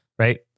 right